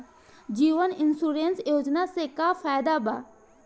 जीवन insurance योजना से का फायदा बा?